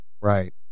right